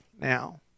now